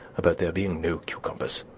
about there being no cucumbers,